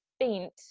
faint